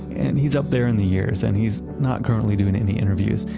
and he's up there in the years and he's not currently doing any interviews.